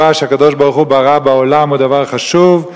שהקדוש-ברוך-הוא ברא בעולם הוא דבר חשוב,